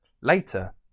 Later